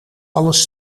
alles